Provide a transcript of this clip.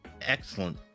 excellent